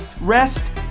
rest